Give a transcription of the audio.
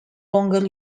longer